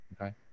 Okay